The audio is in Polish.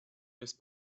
jest